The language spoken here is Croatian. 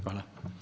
Hvala.